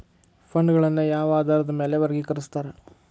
ಫಂಡ್ಗಳನ್ನ ಯಾವ ಆಧಾರದ ಮ್ಯಾಲೆ ವರ್ಗಿಕರಸ್ತಾರ